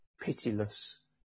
pitiless